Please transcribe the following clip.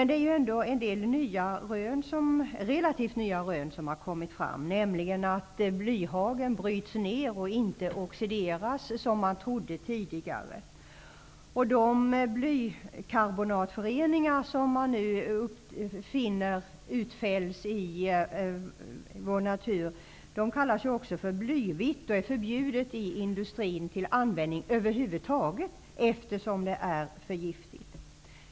Det har kommit fram en del relativt nya rön, nämligen att blyhagel bryts ned och inte oxideras, vilket man trodde tidigare. De blykarbonatföreningar som utfälls i vår natur kallas också för blyvite och är förbjudet för användning i industrin över huvud taget, eftersom det är för giftigt.